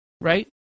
right